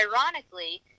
ironically